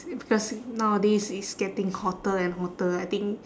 is it because nowadays is getting hotter and hotter I think